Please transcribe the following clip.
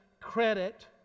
credit